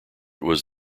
was